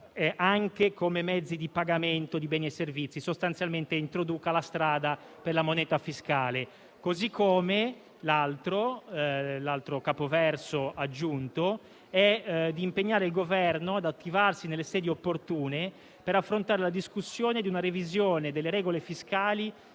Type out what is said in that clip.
anche come mezzi di pagamento di beni e servizi (sostanzialmente introduca la strada per la moneta fiscale). L'altro capoverso aggiunto impegna il Governo ad attivarsi nelle sedi opportune per affrontare la discussione di una revisione delle regole fiscali